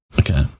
Okay